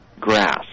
grass